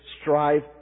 strive